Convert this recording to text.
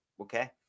okay